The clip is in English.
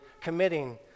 committing